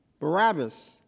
Barabbas